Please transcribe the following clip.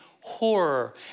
horror